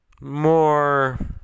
more